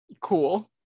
Cool